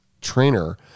trainer